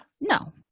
no